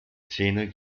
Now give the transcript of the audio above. zehner